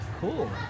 Cool